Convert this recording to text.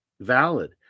valid